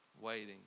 waiting